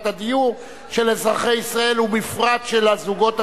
הדיור של אזרחי ישראל ובפרט של הזוגות הצעירים,